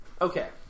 Okay